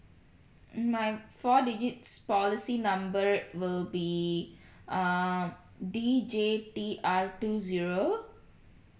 my four digits policy number will be err D J T R two zero